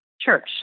church